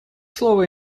слово